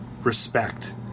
respect